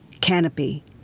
Canopy